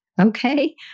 Okay